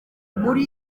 muri